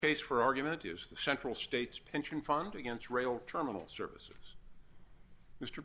case for argument is the central state's pension fund against rail terminal services mr